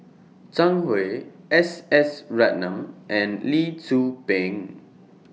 Zhang Hui S S Ratnam and Lee Tzu Pheng